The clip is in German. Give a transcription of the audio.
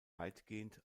weitgehend